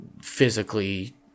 physically